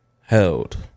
held